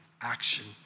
action